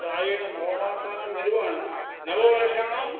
प्रायेण नवमासानां निर्वहणं नववर्षाणाम्